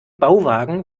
bauwagen